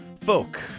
folk